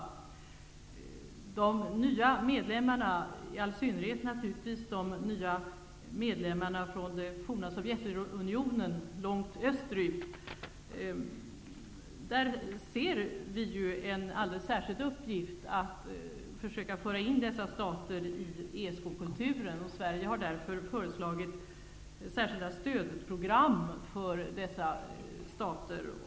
När det gäller de nya medlemmarna, och då naturligtvis i all synnerhet de nya medlemmarna långt österut från det forna Sovjetunionen, ser vi en alldeles särskild uppgift i att försöka föra in dessa stater i ESK-kulturen. Sverige har därför föreslagit särskilda stödprogram för dessa stater.